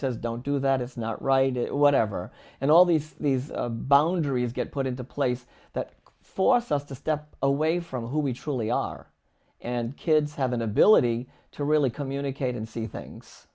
says don't do that it's not right whatever and all these boundaries get put into place that forced us to step away from who we truly are and kids have an ability to really communicate and see things